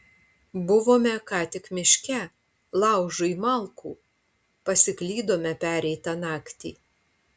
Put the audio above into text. buvome ką tik miške laužui malkų pasiklydome pereitą naktį